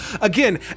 Again